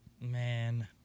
man